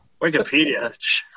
Wikipedia